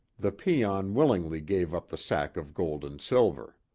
the peon willingly gave up the sack of gold and silver.